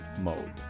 mode